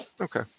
Okay